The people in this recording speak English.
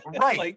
Right